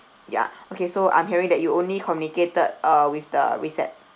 ya okay so I'm hearing that you only communicated uh with the recep~